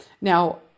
now